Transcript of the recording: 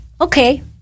Okay